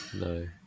no